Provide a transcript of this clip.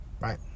right